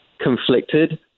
conflicted